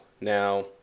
Now